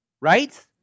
right